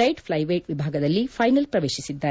light flyweight ವಿಭಾಗದಲ್ಲಿ final ಪ್ರವೇಶಿಸಿದ್ದಾರೆ